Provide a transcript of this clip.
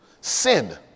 Sin